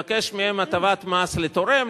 הטבת מס לתורם.